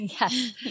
Yes